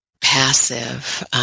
passive